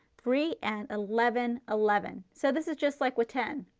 three and eleven, eleven. so this is just like with ten.